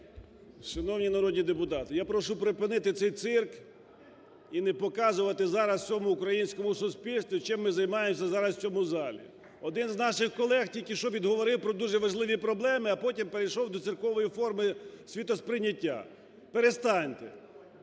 Шановні народні депутати, я прошу припинити цей цирк і не показувати зараз всьому українському суспільству чим ми займаємося зараз в цьому залі. Один з наших колег тільки що відговорив про дуже важливі проблеми, а потім перейшов до циркової форми світосприйняття. Перестаньте,